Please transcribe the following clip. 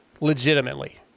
legitimately